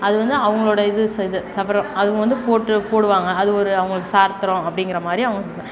அது வந்து அவங்களோட இது இது சப்பரம் அவங்க வந்து போட்டு போடுவாங்க அது ஒரு அவங்களுக்கு சாஸ்திரம் அப்படிங்கிற மாதிரி அவங்க